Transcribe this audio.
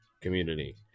community